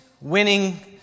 winning